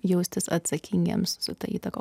jaustis atsakingiems su ta įtaka